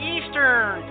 Eastern